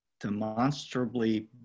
demonstrably